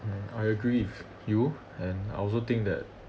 mm I agree with you and I also think that